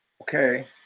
Okay